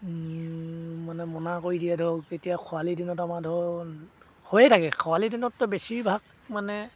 মানে মনা কৰি দিয়ে ধৰক এতিয়া খৰালি দিনত আমাৰ ধৰক হৈয়ে থাকে খৰালি দিনততো বেছিভাগ মানে